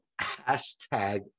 Hashtag